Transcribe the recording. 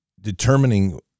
determining